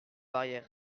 barrière